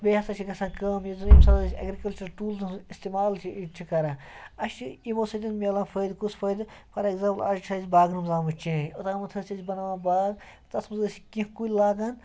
بیٚیہِ ہَسا چھِ گژھان کأم یُس زَن ییٚمہِ ساتہٕ أسۍ ایٚگرِکَلچَر ٹوٗلزَن ہُنٛد اِستعمال چھِ یہِ چھِ کران اَسہِ چھِ یِمو سۭتۍ مِلان فٲیدٕ کُس فٲیدٕ فار ایٚکزامپٕل آز چھِ اَسہِ باغن منٛز آمٕژ چینٛج اوٚتامتھ ٲس أسۍ بناوان باغ تَتھ منٛز أسۍ کینٛہہ کُلۍ لاگان